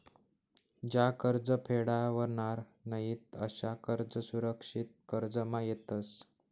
ज्या कर्ज फेडावनार नयीत अशा कर्ज असुरक्षित कर्जमा येतस